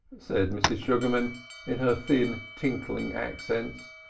said mrs. sugarman in her thin tinkling accents,